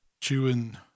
chewing